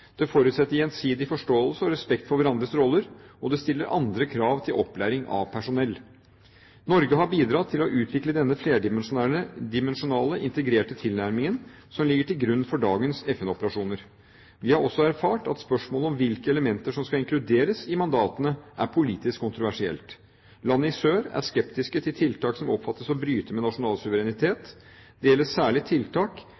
Det forutsetter gjensidig forståelse og respekt for hverandres roller, og det stiller andre krav til opplæring av personell. Norge har bidratt til å utvikle denne flerdimensjonale, integrerte tilnærmingen som ligger til grunn for dagens FN-operasjoner. Vi har også erfart at spørsmålet om hvilke elementer som skal inkluderes i mandatene, er politisk kontroversielt. Land i sør er skeptiske til tiltak som oppfattes å bryte med nasjonal